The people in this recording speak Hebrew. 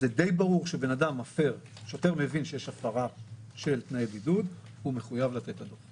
זה די ברור שכששוטר מבין שיש הפרה של תנאי בידוד הוא מחויב לתת את הדוח,